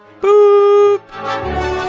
Boop